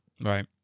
Right